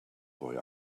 boy